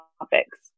topics